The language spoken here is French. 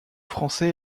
français